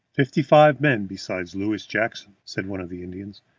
fifty-five men besides louis jackson, said one of the indians.